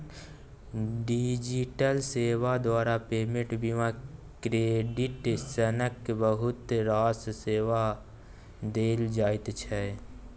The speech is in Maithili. डिजिटल सेबा द्वारा पेमेंट, बीमा, क्रेडिट सनक बहुत रास सेबा देल जाइ छै